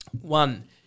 One